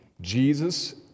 Jesus